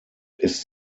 ist